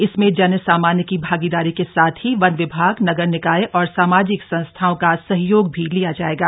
इसमें जन सामान्य की भागीदारी के साथ ही वन विभाग नगर निकाय और सामाजिक संस्थाओं का सहयोग भी लिया जाएगा